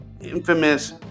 infamous